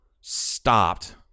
stopped